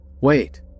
Wait